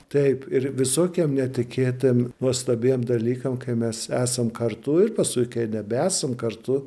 taip ir visokiem netikėtiem nuostabiem dalykam kai mes esam kartu ir paskui kai nebesam kartu